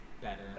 better